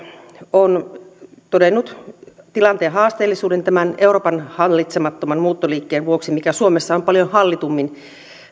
on todennut tilanteen haasteellisuuden tämän euroopan hallitsemattoman muuttoliikkeen vuoksi mikä suomessa on paljon hallitummin